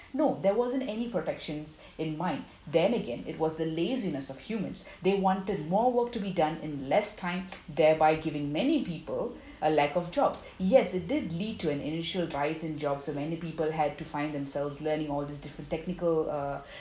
no there wasn't any protections in mind then again it was the laziness of humans they wanted more work to be done in less time thereby giving many people a lack of jobs yes it did lead to an initial rise in jobs so many people had to find themselves learning all these different technical uh